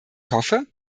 hoffe